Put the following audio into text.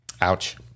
ouch